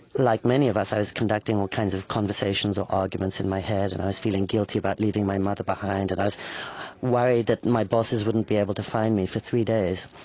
like many of us, i was conducting all kinds of conversations or arguments in my head. and i was feeling guilty about leaving my mother behind, and i was worried that my bosses wouldn't be able to find me for three days.